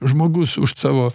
žmogus už savo